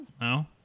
No